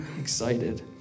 excited